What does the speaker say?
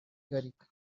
gallican